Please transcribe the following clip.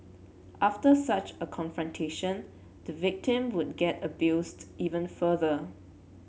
after such a confrontation the victim would get abused even further